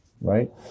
right